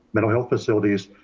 mental health facilities,